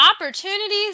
Opportunities